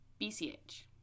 BCH